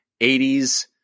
80s